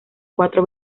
cuatro